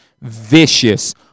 vicious